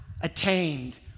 attained